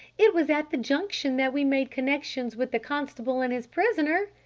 it was at the junction that we made connections with the constable and his prisoner.